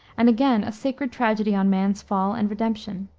and again a sacred tragedy on man's fall and redemption.